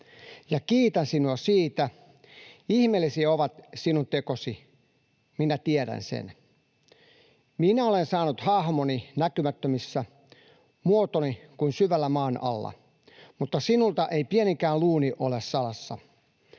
ja kiitän sinua siitä. Ihmeellisiä ovat sinun tekosi, minä tiedän sen. Minä olen saanut hahmoni näkymättömissä, muotoni kuin syvällä maan alla, mutta sinulta ei pieninkään luuni ole salassa.